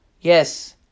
Yes